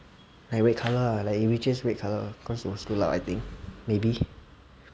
like red colour lah like it reaches red colour cause it was too loud I think maybe